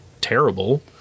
terrible